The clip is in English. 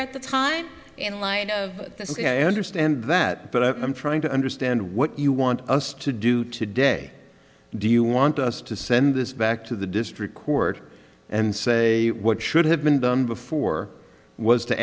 direct the time in light of the so i understand that but i'm trying to understand what you want us to do today do you want us to send this back to the district court and say what should have been done before was to